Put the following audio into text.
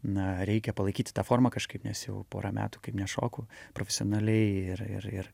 na reikia palaikyti tą formą kažkaip nes jau pora metų kaip nešoku profesionaliai ir ir ir